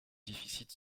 déficit